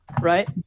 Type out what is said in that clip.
Right